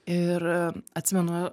ir atsimenu